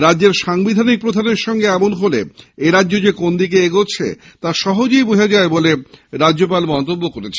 রাজ্যের সংবিধানিক প্রধানের সঙ্গে এমন হলে এরাজ্য যে কোন্ দিকে এগোচ্ছে তা সহজেই বোঝা যায় বলে রাজ্যপাল মন্তব্য করেছেন